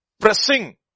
pressing